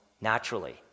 naturally